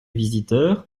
visiteurs